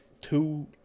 two